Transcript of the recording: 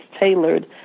tailored